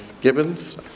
Gibbons